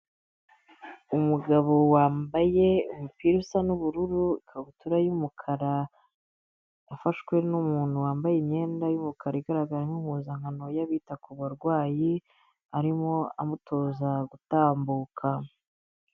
Umugabo wambaye umupira usa n'ubururu, ikabutura y'umukara, afashwe n'umuntu wambaye imyenda y'umukara igaragara nk'impuzankano y'abita ku barwayi arimo amutoza gutambuka.